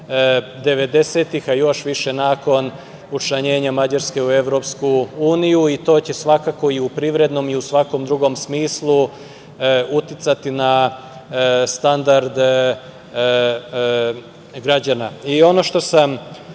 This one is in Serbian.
90-ih, a još više nakon učlanjenja Mađarske u EU i to će svakako i u privrednom i u svakom drugom smislu uticati na standard građana. Ono što sam